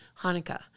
Hanukkah